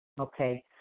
Okay